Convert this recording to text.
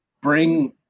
bring